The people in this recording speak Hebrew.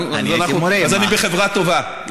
אז אני בחברה טובה.